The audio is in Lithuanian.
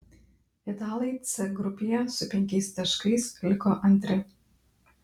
italai c grupėje su penkiais taškais liko antri